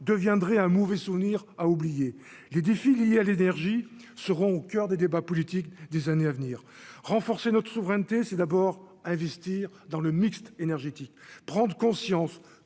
deviendrait un mauvais souvenir à oublier les défis liés à l'énergie seront au coeur des débats politiques des années à venir renforcer notre souveraineté, c'est d'abord investir dans le mixte énergétique prendre conscience